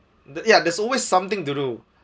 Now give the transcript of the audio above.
the ya there's always something to do